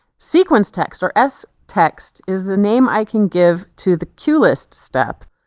sequence text or s text is the name i can give to the cue list step.